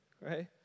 right